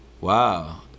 Wow